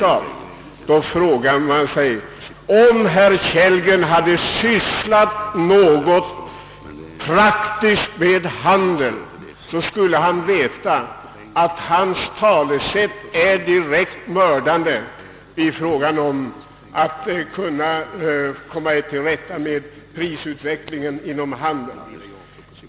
Jag måste säga att om herr Kellgren hade praktiskt sysslat något med handel så skulle han veta att hans inställning är direkt mördande för all strävan att komma till rätta med prisutvecklingen inom handeln.